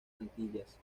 antillas